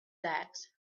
that